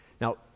now